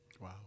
Wow